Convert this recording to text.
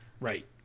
right